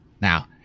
Now